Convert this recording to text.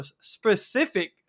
specific